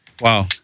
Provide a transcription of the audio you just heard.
Wow